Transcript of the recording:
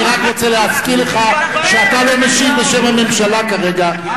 אני רק רוצה להזכיר לך שאתה לא משיב בשם הממשלה כרגע,